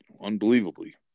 unbelievably